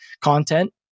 content